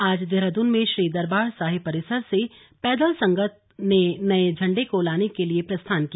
आज देहरादून में श्री दरबार साहिब परिसर से पैदल संगत ने नए झंडे को लाने के लिए प्रस्थान किया